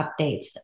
updates